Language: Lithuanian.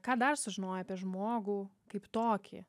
ką dar sužinojai apie žmogų kaip tokį